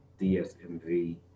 DSMV